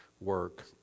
work